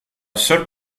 seul